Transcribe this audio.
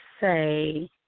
say